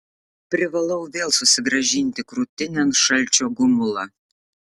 privalau vėl susigrąžinti krūtinėn šalčio gumulą